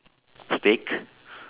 steak